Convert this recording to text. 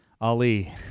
Ali